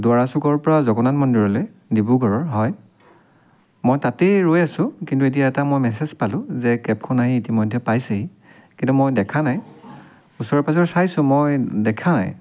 দুৱৰা চুকৰপৰা জগন্নাথ মন্দিৰলৈ ডিব্ৰুগড়ৰ হয় মই তাতেই ৰৈ আছোঁ কিন্তু এতিয়া এটা মই মেচেজ পালোঁ যে কেবখন আহি ইতিমধ্যে পাইছেহি কিন্তু মই দেখা নাই ওচৰে পাজৰে চাইছোঁ মই দেখা নাই